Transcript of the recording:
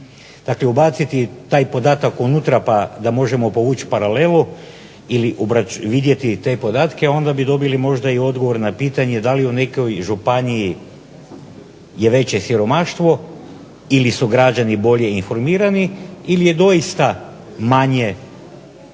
Dakle, ubaciti taj podatak unutra pa da možemo povući paralelu ili vidjeti te podatke onda bi dobili možda i odgovor na pitanje da li u nekoj županiji je veće siromaštvo ili su građani bolje informirani ili je doista manje problema.